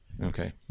Okay